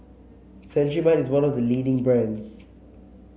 Cetrimide is one of the leading brands